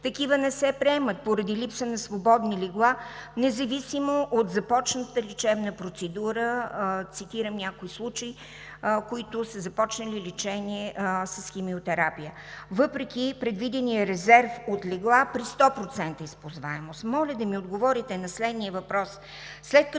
такива не се приемат поради липса на свободни легла, независимо от започнатата лечебна процедура – цитирам някои случаи, които са започнали лечение с химиотерапия, въпреки предвидения резерв от легла при 100% използваемост. Моля да ми отговорите на следния въпрос: